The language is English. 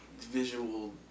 visual